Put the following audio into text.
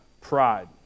pride